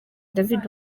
david